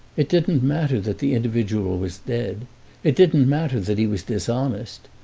it didn't matter that the individual was dead it didn't matter that he was dishonest.